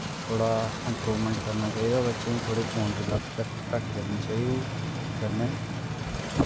थोह्ड़ा इम्प्रूवमैंट करना चाहिदा बच्चें गी थोह्ड़ी फोन दी लत्त घट्ट करनी चाहिदी ते कन्नै